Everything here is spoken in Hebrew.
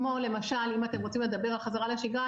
כמו למשל אם אתם רוצים לדבר על חזרה לשגרה,